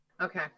Okay